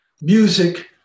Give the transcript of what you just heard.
music